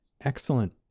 excellent